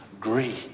greed